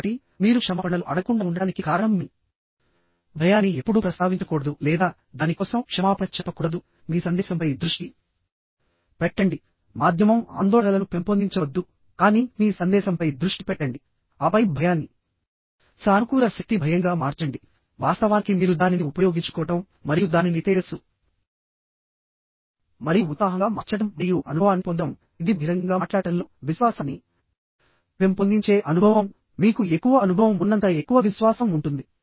కాబట్టి మీరు క్షమాపణలు అడగకుండా ఉండటానికి కారణం మీ భయాన్ని ఎప్పుడూ ప్రస్తావించకూడదు లేదా దాని కోసం క్షమాపణ చెప్పకూడదు మీ సందేశంపై దృష్టి పెట్టండి మాధ్యమం ఆందోళనలను పెంపొందించవద్దు కానీ మీ సందేశంపై దృష్టి పెట్టండి ఆపై భయాన్ని సానుకూల శక్తి భయంగా మార్చండి వాస్తవానికి మీరు దానిని ఉపయోగించుకోవడం మరియు దానిని తేజస్సు మరియు ఉత్సాహంగా మార్చడం మరియు అనుభవాన్ని పొందడంఇది బహిరంగంగా మాట్లాడటంలో విశ్వాసాన్ని పెంపొందించే అనుభవంమీకు ఎక్కువ అనుభవం ఉన్నంత ఎక్కువ విశ్వాసం ఉంటుంది